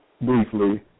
briefly